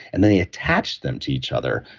and then they attached them to each other,